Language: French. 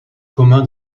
commun